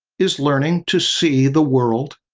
is learning to see the world,